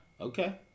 Okay